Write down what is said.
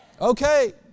Okay